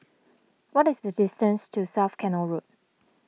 what is the distance to South Canal Road